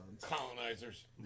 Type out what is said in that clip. Colonizers